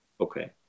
okay